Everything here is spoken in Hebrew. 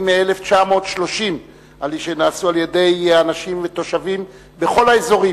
מ-1930 שעשו אנשים ותושבים בכל האזורים,